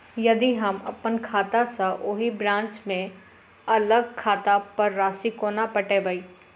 यदि हम अप्पन खाता सँ ओही ब्रांच केँ अलग खाता पर राशि कोना पठेबै?